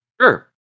sure